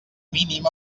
mínim